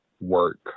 work